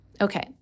Okay